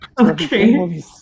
okay